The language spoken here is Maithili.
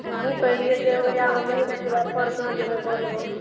हमहूँ कहै रहिए जएबै आब अबरी नहि जएबै पौरकाँ जएबै बोलबम